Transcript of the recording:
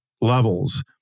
levels